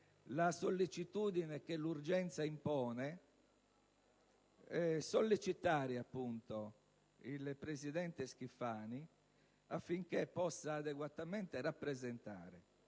la sollecitudine che l'urgenza impone, sollecitare appunto il presidente Schifani affinché possa adeguatamente rappresentare